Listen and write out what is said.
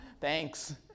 thanks